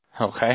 Okay